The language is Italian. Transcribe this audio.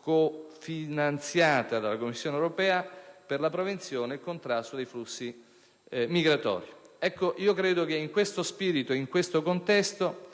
cofinanziata dalla Commissione europea per la prevenzione e il contrasto dei flussi migratori. In questo spirito e in questo contesto,